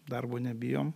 darbo nebijom